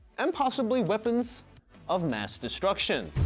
and possibly, weapon of mass destruction.